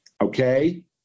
okay